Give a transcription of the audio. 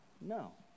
No